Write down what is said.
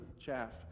chaff